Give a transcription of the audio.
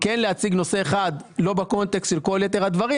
כן להציג נושא אחד לא בקונטקסט של כל יתר הדברים,